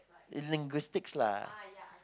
in linguistics lah